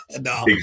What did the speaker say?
No